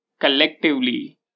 collectively